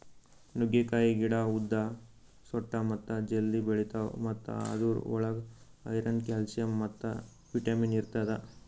ನುಗ್ಗೆಕಾಯಿ ಗಿಡ ಉದ್ದ, ಸೊಟ್ಟ ಮತ್ತ ಜಲ್ದಿ ಬೆಳಿತಾವ್ ಮತ್ತ ಅದುರ್ ಒಳಗ್ ಐರನ್, ಕ್ಯಾಲ್ಸಿಯಂ ಮತ್ತ ವಿಟ್ಯಮಿನ್ ಇರ್ತದ